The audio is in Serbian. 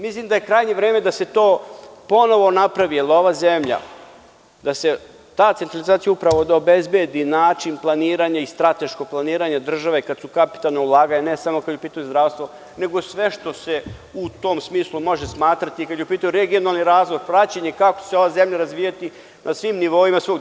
Mislim da je krajnje vreme da se to ponovo napravi, jer ova zemlja, da se ta centralizacija, upravo da obezbedi način planiranja i strateškog planiranja države kada su kapitalna ulaganja, ne samo kada je u pitanju zdravstvo, nego sve što se u tom smislu može smatrati, kada je u pitanju regionalni razvoj, praćenje kako će se ova zemlja razvijati na svim nivoima i svugde.